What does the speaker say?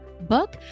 book